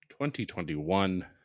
2021